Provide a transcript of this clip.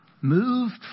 moved